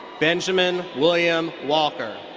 benjamin william walker.